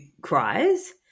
cries